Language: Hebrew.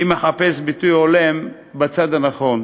אם אחפש ביטוי הולם: בצד הנכון.